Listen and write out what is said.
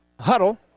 huddle